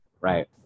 Right